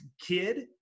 kid